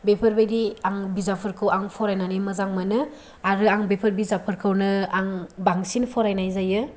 बेफोरबादि आं बिजाबफोरखौ फरायनानै आं मोजां मोनो आरो आं बेफोर बिजाबफोरखौनो आं बांसिन फरायनाय जायो